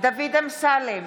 דוד אמסלם,